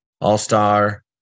all-star